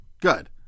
good